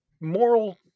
moral